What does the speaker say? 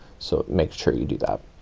so make sure you do that.